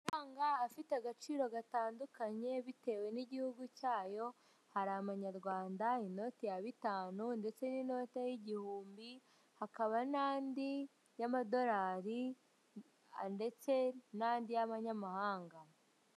Amafaranga afite agaciro gatandukanye bitewe n'igihugu cyayo hari amanyarwanda, inote ya bitanu ndetse n'inote y'igihumbi hakaba n'andi y'amadolari ndetse n'andi y'abanyamahanga.